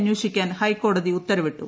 അന്വേഷിക്കാൻ ഹൈക്കോടതി് ഉത്തരവിട്ടു